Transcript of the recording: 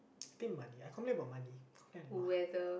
I think money I complain about money i complain a lot